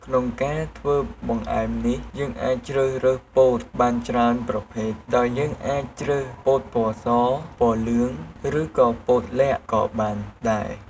ក្នុងការធ្វើបង្អែមនេះយើងអាចជ្រើសរើសពោតបានច្រើនប្រភេទ ដោយយើងអាចជ្រើសពោតពណ៌ស ពណ៌លឿង ឬក៏ពោតល័ខក៏បានដែរ។